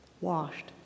washed